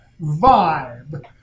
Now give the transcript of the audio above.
vibe